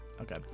Okay